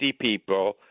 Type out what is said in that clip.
people